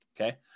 Okay